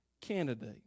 candidate